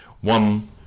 one